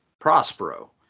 Prospero